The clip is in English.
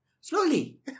Slowly